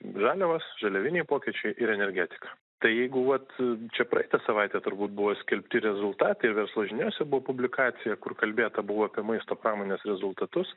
žaliavos žaliaviniai pokyčiai ir energetika tai jeigu vat čia praeitą savaitę turbūt buvo skelbti rezultatai verslo žiniose buvo publikacija kur kalbėta buvo apie maisto pramonės rezultatus